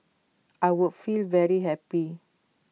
I would feel very happy